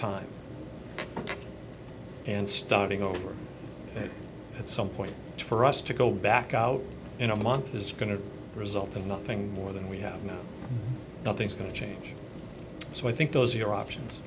time and starting over at some point for us to go back out in a month is going to result in nothing more than we have now nothing's going to change so i think those are your options